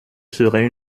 serait